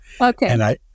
Okay